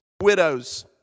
widows